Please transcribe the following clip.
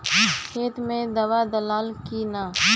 खेत मे दावा दालाल कि न?